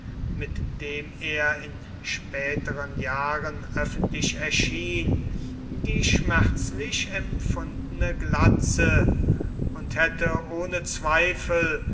mit dem er in späteren jahren öffentlich erschien die schmerzlich empfundene glatze und hätte ohne zweifel